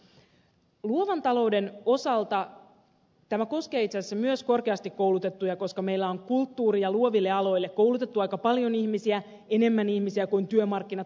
luovan talouden osalta tämä koskee itse asiassa myös korkeasti koulutettuja koska meillä on kulttuuri ja luoville aloille koulutettu aika paljon ihmisiä enemmän ihmisiä kuin työmarkkinat automaattisesti vetävät